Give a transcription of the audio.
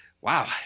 wow